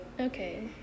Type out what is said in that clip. Okay